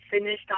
finished